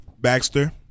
Baxter